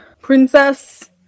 princess